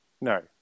No